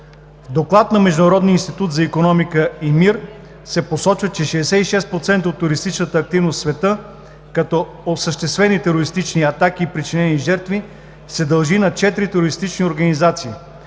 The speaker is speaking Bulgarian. доклад на Международния институт за икономика и мир се посочва, че 66% от терористичната активност в света като осъществени терористични атаки и причинени жертви се дължи на четири терористични организации